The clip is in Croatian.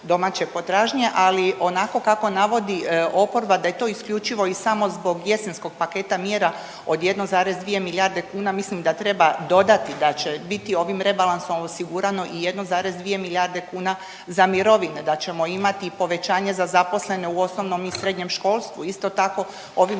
domaće potražnje ali onako kako navodi oporba da je to isključivo i samo zbog jesenskog paketa mjera od 1,2 milijarde kuna mislim da treba dodati da će biti ovim rebalansom osigurano i 1,2 milijarde kuna za mirovine, da ćemo imati i povećanje za zaposlene u osnovnom i srednjem školstvu. Isto tako, ovim